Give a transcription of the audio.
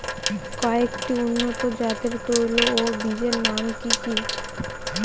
কয়েকটি উন্নত জাতের তৈল ও বীজের নাম কি কি?